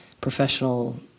professional